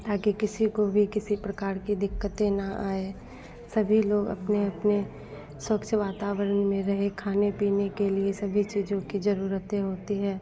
आगे किसी को भी किसी प्रकार की दिक़्क़तें ना आए सभी लोग अपने अपने स्वच्छ वातावरण में रहे खाने पीने के लिए सभी चीज़ों की ज़रूरतें होती हैं